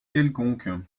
quelconque